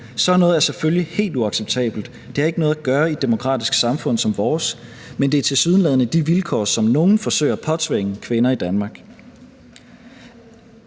Sådan noget er selvfølgelig helt uacceptabelt. Det har ikke noget at gøre i et demokratisk samfund som vores, men det er tilsyneladende de vilkår, som nogle forsøger at påtvinge kvinder i Danmark.